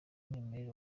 umwimerere